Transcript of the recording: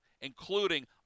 including